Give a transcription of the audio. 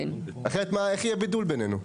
אחרת איך יהיה בידול בינינו.